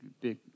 big